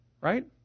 right